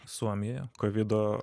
suomijoje kovido